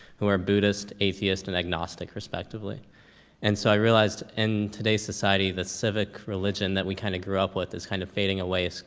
who are buddhist, atheist, and agnostic respectively and so i realized in today's society the civic religion that we kind of grew up with is kind of fading away,